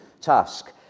task